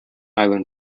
island